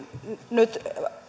nyt